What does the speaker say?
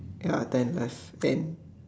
ya attend less and